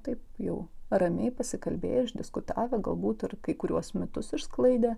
taip jau ramiai pasikalbėję išdiskutavę galbūt ir kai kuriuos mitus išsklaidę